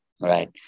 right